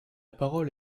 parole